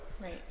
Right